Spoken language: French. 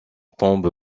tombe